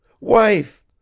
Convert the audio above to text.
Wife